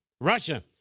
Russia